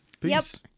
Peace